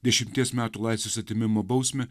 dešimties metų laisvės atėmimo bausmę